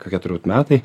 kokie turbūt metai